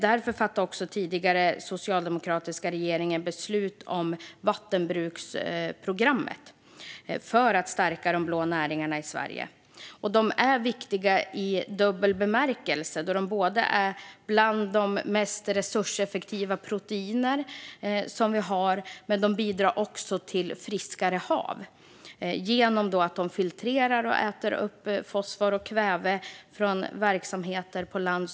Därför fattade den tidigare socialdemokratiska regeringen beslut om vattenbruksprogrammet, för att stärka de blå näringarna i Sverige. De är viktiga i dubbel bemärkelse: De producerar bland de mest resurseffektiva proteiner vi har, och arterna bidrar till friskare hav genom att filtrera och äta upp fosfor och kväve från verksamheter på land.